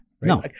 No